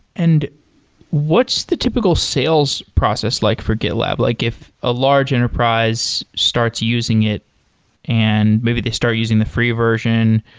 and what's the typical sales process like for gitlab? like if a large enterprise starts using it and maybe they start using the free version,